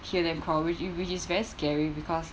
hear them quarreling which is which is very scary because